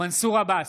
מנסור עבאס,